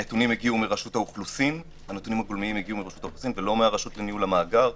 הנתונים הגיעו מרשות האוכלוסין ולא מהרשות לניהול המאגר,